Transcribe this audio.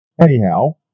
anyhow